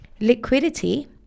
liquidity